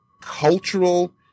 cultural